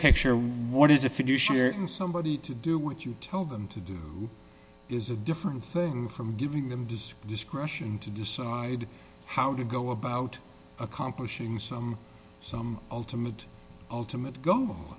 picture of what is a fiduciary and somebody to do what you tell them to do is a different thing from giving them does discretion to decide how to go about accomplishing some some ultimate ultimate go